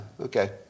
okay